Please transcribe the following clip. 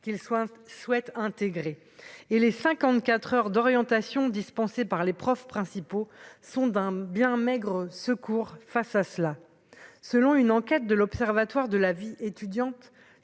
qu'il soit, souhaite intégrer et les 54 heures d'orientation dispensés par les profs principaux sont d'un bien maigre secours face à cela, selon une enquête de l'Observatoire de la vie étudiante,